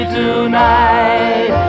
tonight